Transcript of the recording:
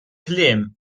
kliem